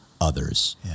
others